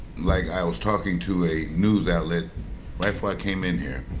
like, i was talking to a news outlet right before i came in here.